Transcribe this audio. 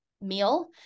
meal